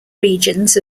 regions